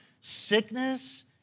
sickness